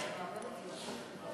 ההצעה להעביר את הצעת חוק